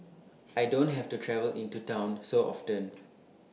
I don't have to travel into Town so often